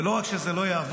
ולא רק שזה לא יעבוד,